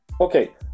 Okay